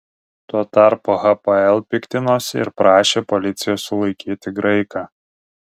tuo tarpu hapoel piktinosi ir prašė policijos sulaikyti graiką